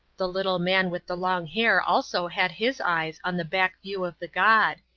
the little man with the long hair also had his eyes on the back view of the god.